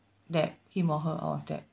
debt him or her of debt